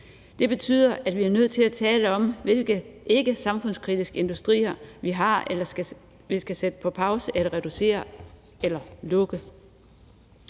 Det betyder, at vi er nødt til at tale om, hvilke ikkesamfundskritiske industrier, vi har, som skal sættes på pause eller skal